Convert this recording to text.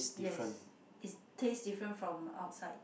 yes is taste different from outside